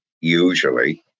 usually